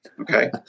Okay